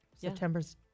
september's